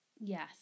Yes